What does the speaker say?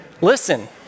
Listen